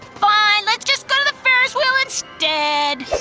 fine. let's just go to the ferris wheel instead.